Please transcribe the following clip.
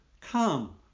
Come